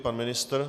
Pan ministr?